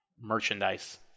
merchandise